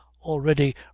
already